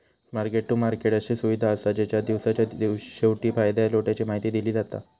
market to market अशी सुविधा असा जेच्यात दिवसाच्या शेवटी फायद्या तोट्याची माहिती दिली जाता